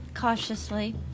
Cautiously